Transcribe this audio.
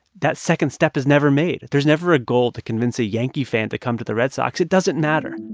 that second step is never made. there's never a goal to convince a yankee fan to come to the red sox. it doesn't matter.